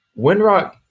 Windrock